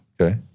Okay